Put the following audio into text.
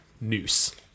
Noose